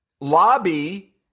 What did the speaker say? lobby